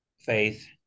faith